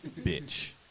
bitch